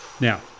Now